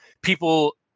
people